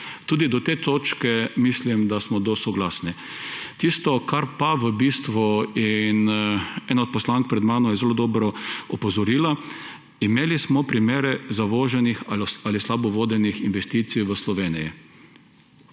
Tudi do te točke mislim, da smo dosti soglasni. Tisto, kar pa v bistvu in ena od poslank pred mano je zelo dobro opozorila, imeli smo primere zavoženih ali slabo vodenih investicij v Sloveniji.